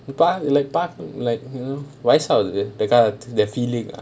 பாரு பாரு:paaru paaru like you know வயசு ஆவுது:vayasu aavuthu they got the feeling ah